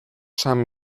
san